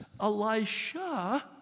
Elisha